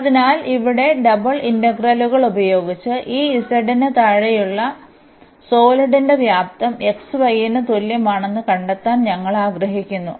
അതിനാൽ ഇവിടെ ഡബിൾ ഇന്റഗ്രലുകൾ ഉപയോഗിച്ച് ഈ z ന് താഴെയുള്ള സോളിഡിന്റെ വ്യാപ്തം xy ന് തുല്യമാണെന്ന് കണ്ടെത്താൻ ഞങ്ങൾ ആഗ്രഹിക്കുന്നു